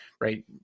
Right